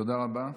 תודה רבה.